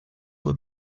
were